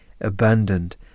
abandoned